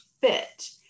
fit